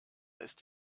ist